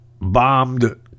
bombed